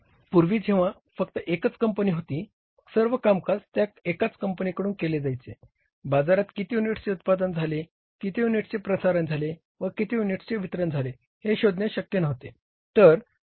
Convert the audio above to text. पूर्वी जेव्हा फक्त एकच कंपनी होती मग सर्व कामकाज त्या एकाच कंपनीकडून केले जायचे बाजारात किती युनिट्सचे उत्पादन झाले किती युनिट्सचे प्रसारण झाले व किती युनिट्सचे वितरण झाले हे शोधणे शक्य नव्हते